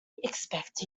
expect